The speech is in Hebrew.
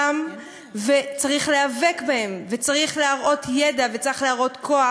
שהוא עומד מולם וצריך להיאבק בהם וצריך להראות ידע וצריך להראות כוח.